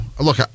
Look